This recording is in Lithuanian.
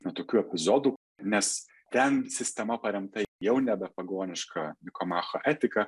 na tokių epizodų nes ten sistema paremta jau nebe pagoniška nikomacho etika